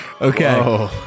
Okay